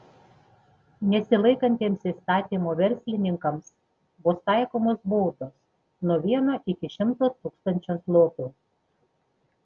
nesilaikantiems įstatymo verslininkams bus taikomos baudos nuo vieno iki šimto tūkstančio zlotų